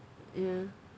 ya